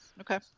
Okay